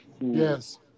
Yes